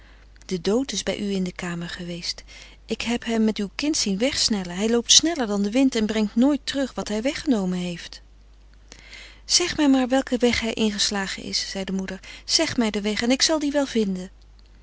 de dood is bij u in de kamer geweest ik heb hem met uw kind zien wegsnellen hij loopt sneller dan de wind en brengt nooit terug wat hij weggenomen heeft zeg mij maar welken weg hij ingeslagen is zei de moeder zeg mij den weg en ik zal dien wel vinden